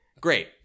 Great